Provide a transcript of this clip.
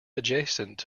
adjacent